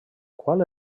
qual